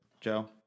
Joe